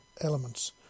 elements